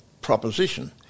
proposition